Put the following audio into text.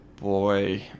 boy